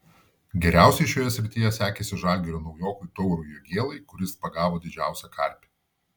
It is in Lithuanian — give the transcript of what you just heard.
geriausiai šioje srityje sekėsi žalgirio naujokui taurui jogėlai kuris pagavo didžiausią karpį